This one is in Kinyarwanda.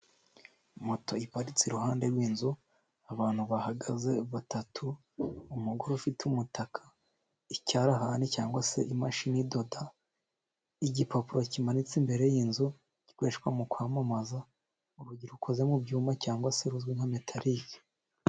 Moto iparitse iruhande rw'inzu, abantu bahagaze batatu, umugore ufite umutaka, icyarahani cyangwa se imashini idoda, igipapuro kimanitse imbere y'inzu, gikoreshwa mu kwamamaza, urugi rukoze mu byuma cyangwa se ruzwi nka metarike.